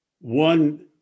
One